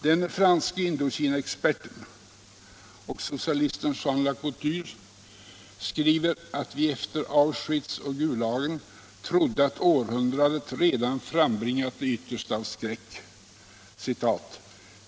Den franske Indokinaexperten och socialisten Jean Lacouture skriver att vi efter Auschwitz och Gulagen trodde att århundradet redan frambringat det yttersta av skräck.